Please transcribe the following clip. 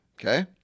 Okay